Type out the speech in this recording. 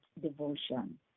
devotion